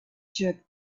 jerked